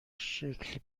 شکل